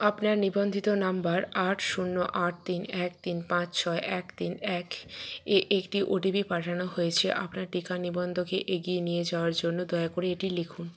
আপনার নিবন্ধিত নাম্বার আট শূন্য আট তিন এক তিন পাঁচ ছয় এক তিন এখয়ে একটি ওটিপি পাঠানো হয়েছে আপনার টিকা নিবন্ধনকে এগিয়ে নিয়ে যাওয়ার জন্য দয়া করে এটি লিখুন